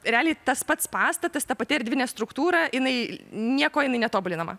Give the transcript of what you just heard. realiai tas pats pastatas ta pati erdvinė struktūra jinai nieko jinai netobulinama